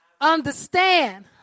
understand